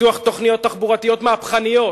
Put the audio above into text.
פיתוח תוכניות תחבורתיות מהפכניות,